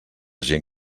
gent